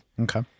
Okay